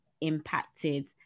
impacted